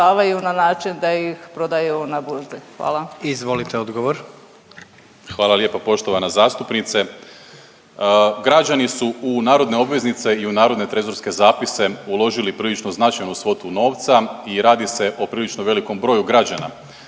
Izvolite odgovor. **Primorac, Marko** Hvala lijepo poštovana zastupnice. Građani su u narodne obveznice i u narodne trezorske zapise uložili prilično značajnu svotu novca i radi se o prilično velikom broju građana.